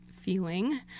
feeling